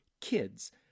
Kids